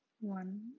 one